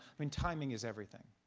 i mean timing is everything.